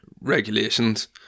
regulations